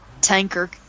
Tanker